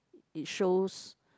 it shows